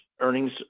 Earnings